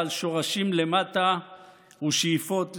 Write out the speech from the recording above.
בעל שורשים למטה ושאיפות למעלה.